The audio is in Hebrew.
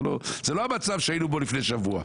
זה לא המצב שהיינו בו לפני שבוע.